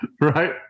right